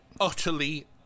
utterly